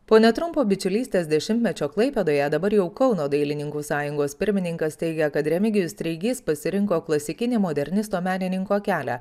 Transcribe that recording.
po netrumpo bičiulystės dešimtmečio klaipėdoje dabar jau kauno dailininkų sąjungos pirmininkas teigia kad remigijus treigys pasirinko klasikinį modernisto menininko kelią